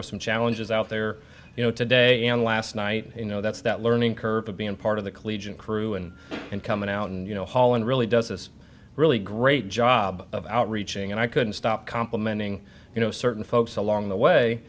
were some challenges out there you know today and last night you know that's that learning curve of being part of the collegiate crew and and coming out and you know holland really does this really great job of outreaching and i couldn't stop complimenting you know certain folks along the way